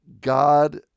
God